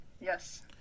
Yes